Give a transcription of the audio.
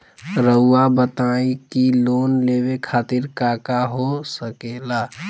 रउआ बताई की लोन लेवे खातिर काका हो सके ला?